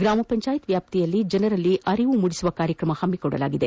ಗ್ರಾಮ ಪಂಜಾಯತ್ ವ್ಹಾಪ್ತಿಯಲ್ಲಿ ಜನರಲ್ಲಿ ಅರಿವು ಮೂಡಿಸುವ ಕಾರ್ಯಕ್ರಮ ಹಮ್ಮಿಕೊಳ್ಳಲಾಗಿದೆ